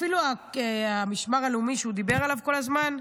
אפילו המשמר הלאומי שהוא דיבר עליו כל הזמן,